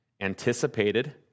anticipated